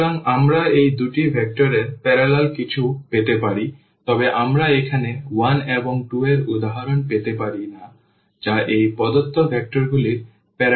সুতরাং আমরা এই দুটি ভেক্টর এর প্যারালাল কিছু পেতে পারি তবে আমরা এখানে 1 এবং 2 এর উদাহরণ পেতে পারি না যা এই প্রদত্ত ভেক্টরগুলির প্যারালাল নয়